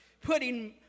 putting